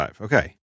Okay